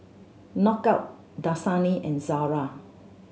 Knockout Dasani and Zara